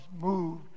move